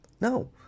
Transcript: No